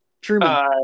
truman